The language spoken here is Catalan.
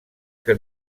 que